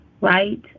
right